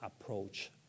approach